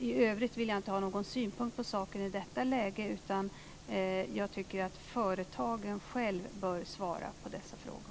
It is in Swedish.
I övrigt vill jag inte ha någon synpunkt på saken i detta läge, utan jag tycker att företagen själv bör svara på dessa frågor.